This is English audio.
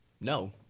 no